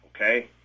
okay